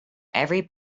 every